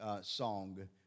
song